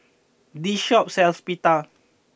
this shop sells Pita